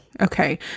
okay